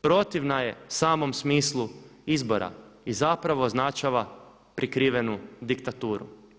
protivna je samom smislu izbora i zapravo označava prikrivenu diktaturu.